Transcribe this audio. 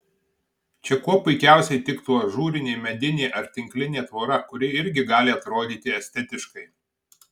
čia kuo puikiausiai tiktų ažūrinė medinė ar tinklinė tvora kuri irgi gali atrodyti estetiškai